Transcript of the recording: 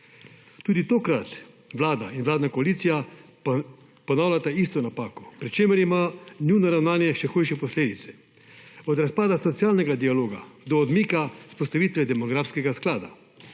Tudi tokrat Vlada in vladna koalicija ponavljata isto napako, pri čemer ima njuno ravnanje še hujše posledice. Od razpada / nerazumljivo/ dialoga do odmika vzpostavitve demografskega sklada.